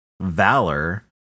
Valor